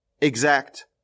exact